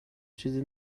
چیزی